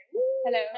Hello